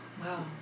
wow